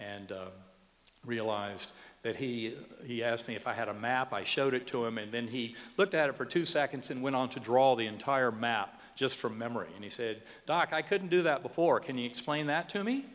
and realized that he he asked me if i had a map i showed it to him and then he looked at it for two seconds and went on to draw all the entire map just from memory and he said doc i couldn't do that before can you explain that to me